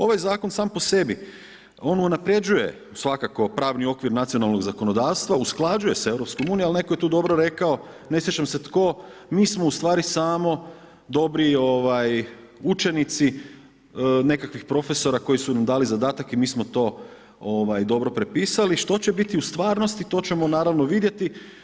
Ovaj zakon sam po sebi, on unapređuje svakako pravni okvir nacionalnog zakonodavstva, usklađuje sa EU, ali netko je tu dobro rekao, ne sjećam se tko, mi smo ustvari samo dobri učenici nekakvih profesora koji su nam dali zadatak i mi smo to dobro prepisali, što će biti u stvarnosti to ćemo naravno vidjeti.